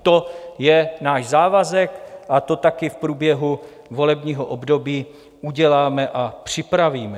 To je náš závazek a to taky v průběhu volebního období uděláme a připravíme.